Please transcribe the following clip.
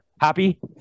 Happy